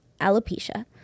alopecia